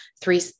three